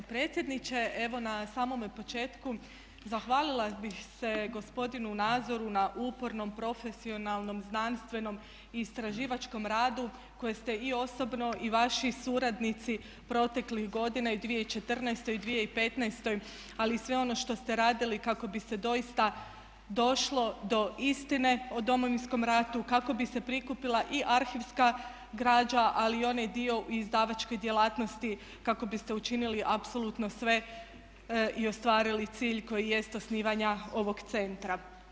Gospodine predsjedniče, evo na samome početku zahvalila bih se gospodinu Nazoru na upornom, profesionalnom, znanstvenom i istraživačkom radu koje ste i osobno i vaši suradnici proteklih godina i u 2014. i u 2015. ali i sve ono što ste radili kako bi se doista došlo do istine u Domovinskom ratu, kako bi se prikupila i arhivska građa ali i onaj dio u izdavačkoj djelatnosti kako biste učinili apsolutno sve i ostvarili cilj koji jest osnivanja ovog centra.